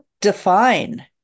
define